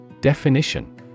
Definition